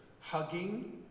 hugging